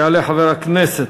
יעלה חבר הכנסת